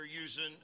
using